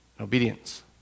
obedience